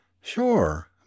Sure